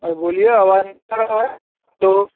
अरे बोलिए आवाज़ नहीं आ रही है लो